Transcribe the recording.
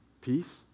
peace